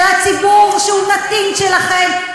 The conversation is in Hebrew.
של הציבור שהוא נתין שלכם.